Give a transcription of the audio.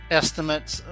estimates